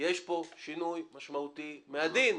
יש פה שינוי משמעותי מהדין.